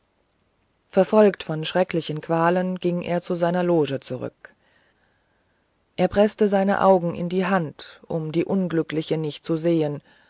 verfolgt von schrecklichen qualen ging er zu seiner loge zurück er preßte seine augen in die hand um die unglückliche nicht zu sehen